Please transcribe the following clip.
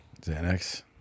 xanax